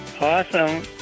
Awesome